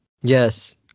Yes